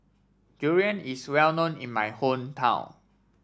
Durian is well known in my hometown